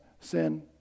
sin